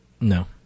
No